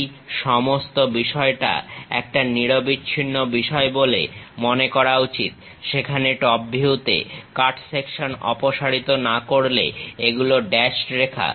এই সমস্ত বিষয়টা একটা নিরবিচ্ছিন্ন বিষয় বলে মনে করা উচিত যেখানে টপ ভিউতে কাটসেকশন অপসারিত না করলে এগুলো ড্যাশড রেখা